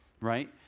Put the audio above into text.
right